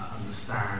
understand